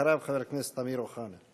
אחריו, חבר הכנסת אמיר אוחנה.